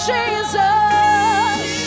Jesus